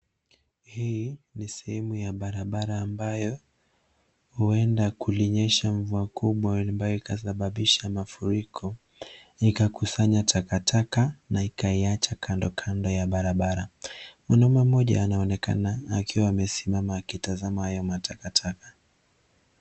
Hii ni sehemu ya barabara ambayo huenda kulinyesha mvua kubwa ambayo ikasababisha mafuriko, ikakusanya takataka na ikaicha kando, kando ya barabara. Mwanaume mmoja anaonekana akiwa amesimama akitazama hayo takataka.